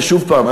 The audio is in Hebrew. ששוב פעם,